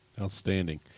Outstanding